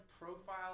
profile